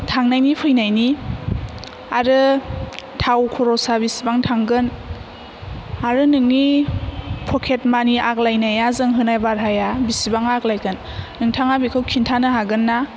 थांनायनि फैनायनि आरो थाव खरसा बेसेबां थांगोन आरो नोंनि फकेट मानि आग्लायनाया जों होनाय भाराया बेसेबां आग्लायगोन नोंथाङा बिखौ खिन्थानो हागोन्ना